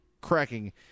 cracking